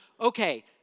okay